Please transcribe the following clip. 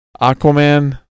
Aquaman